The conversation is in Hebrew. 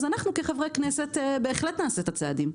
אז אנחנו כחברי כנסת בהחלט נעשה את הצעדים.